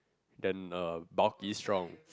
than a bulky strong